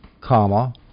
comma